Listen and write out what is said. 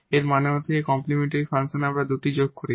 এর মানে হল এই কমপ্লিমেন্টরি ফাংশনে যদি আমরা দুটি যোগ করি